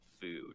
food